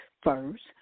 first